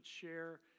share